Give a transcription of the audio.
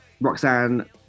Roxanne